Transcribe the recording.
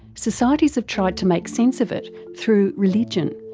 societies have tried to make sense of it through religion,